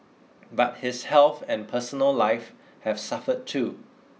but his health and personal life have suffered too